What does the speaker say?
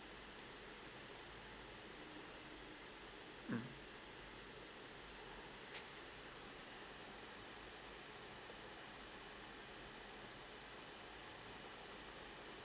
mm